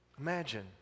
Imagine